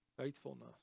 Faithfulness